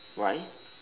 why